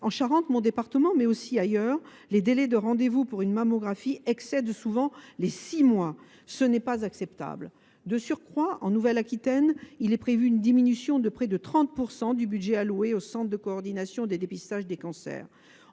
En Charente, département dont je suis élue, mais aussi ailleurs, les délais de rendez vous pour une mammographie excèdent souvent les six mois : ce n’est pas acceptable ! De surcroît, en Nouvelle Aquitaine, il est prévu une diminution de près de 30 % du budget alloué au centre de coordination des dépistages des cancers.